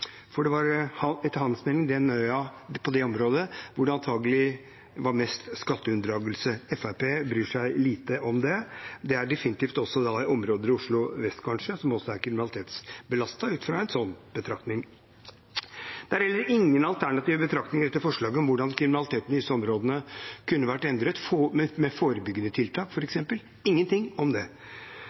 for det var etter hans mening på den øya og i det området det antagelig var mest skatteunndragelse. Fremskrittspartiet bryr seg lite om det. Det er definitivt også områder i Oslo Vest som er kriminalitetsbelastet ut fra en sånn betraktning. Det er heller ingen alternative betraktninger i dette forslaget om hvordan kriminaliteten i disse områdene kunne vært endret med f.eks. forebyggende tiltak. Det er ingenting om det. Det er også påfallende at politiet heller ikke etterspør dette tiltaket, og det